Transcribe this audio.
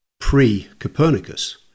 pre-Copernicus